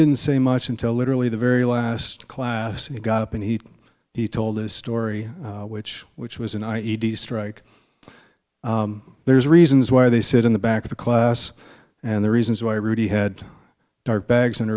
didn't say much until literally the very last class he got up and he he told a story which which was an i e d strike there's reasons why they sit in the back of the class and the reasons why rudy had bags und